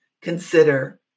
consider